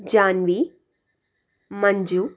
Janhvi Manju